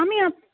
आमी आप